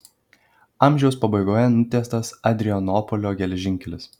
amžiaus pabaigoje nutiestas adrianopolio geležinkelis